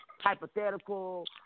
hypothetical